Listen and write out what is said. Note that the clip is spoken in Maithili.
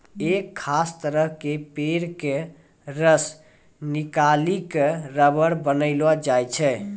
एक खास तरह के पेड़ के रस निकालिकॅ रबर बनैलो जाय छै